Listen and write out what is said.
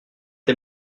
est